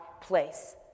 place